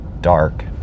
dark